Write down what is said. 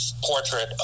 portrait